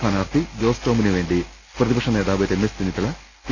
സ്ഥാനാർത്ഥി ജോസ് ടോമിനു വേണ്ടി പ്രതിപക്ഷ നേതാവ് രമേശ് ചെന്നിത്തല കെ